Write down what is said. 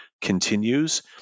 continues